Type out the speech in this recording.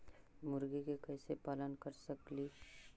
मुर्गि के कैसे पालन कर सकेली?